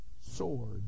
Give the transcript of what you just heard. sword